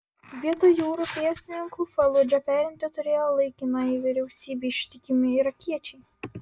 vietoj jūrų pėstininkų faludžą perimti turėjo laikinajai vyriausybei ištikimi irakiečiai